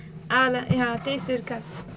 ah ya taste இருக்காது:irukkaathu